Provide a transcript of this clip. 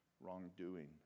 wrongdoing